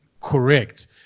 correct